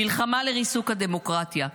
מלחמה לריסוק הדמוקרטיה,